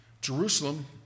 Jerusalem